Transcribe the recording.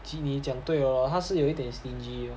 其实你讲对哦他是有一点 stingy